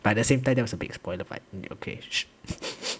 but at the same time that was a big spoiler but okay